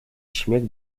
śmiech